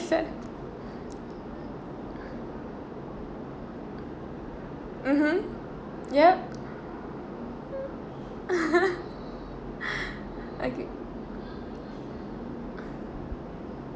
swear mmhmm yup okay